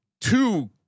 two